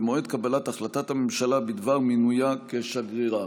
במועד קבלת החלטת הממשלה בדבר מינויה כשגרירה.